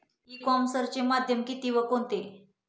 E कॉमर्सचे माध्यम किती व कोणते?